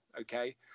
okay